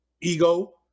ego